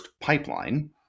pipeline